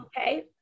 okay